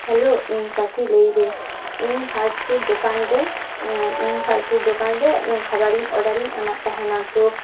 hello ᱤᱧ ᱥᱟᱛᱷᱤ ᱞᱟᱹᱭᱫᱟᱹᱧ ᱤᱧ ᱯᱷᱟᱥᱴ ᱯᱷᱩᱰ ᱫᱳᱠᱟᱱᱨᱮ ᱤᱧ ᱯᱷᱟᱥᱴ ᱯᱷᱩᱰ ᱫᱳᱠᱟᱱᱨᱮ ᱠᱷᱟᱵᱟᱨᱤᱧ ᱚᱰᱟᱨᱤᱧ ᱮᱢᱟᱜ ᱛᱟᱦᱮᱱᱟ ᱛᱳ